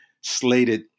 slated